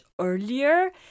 earlier